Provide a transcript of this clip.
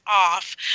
off